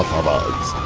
about